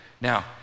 Now